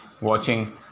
watching